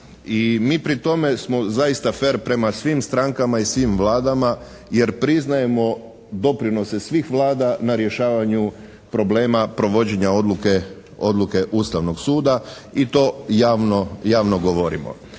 I mi pri tome smo zaista fer prema svim strankama i svim Vladama, jer priznajemo doprinose svih Vlada na rješavanju problema provođenja odluke Ustavnog suda i to javno govorimo.